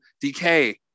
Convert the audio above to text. decay